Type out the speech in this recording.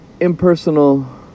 impersonal